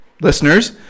Listeners